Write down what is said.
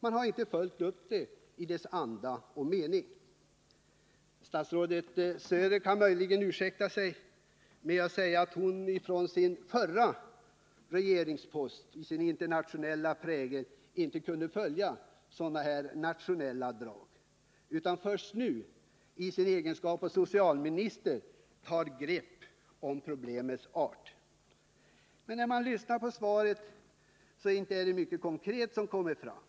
Man har inte följt upp det i dess anda och mening. Statsrådet Söder kan möjligen ursäkta sig med att säga att hon från sin förra regeringspost med dess internationella prägelinte kunde följa sådana här nationella drag utan först nu i sin egenskap av socialminister har grepp om problemets art. När man lyssnar på svaret finner man att det inte är mycket konkret som kommer fram.